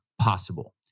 possible